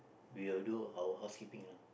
we will do our housekeeping lah